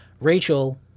Rachel